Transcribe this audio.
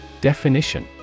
Definition